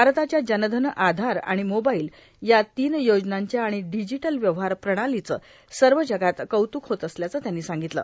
भारताच्या जन धन आधार आणि मोबाईल या तीन योजनांचं आणि डिजिटल व्यवहार प्रणालीचे सर्व जगात कौत्क होत असल्याचे त्यांनी सांगितले